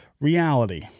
reality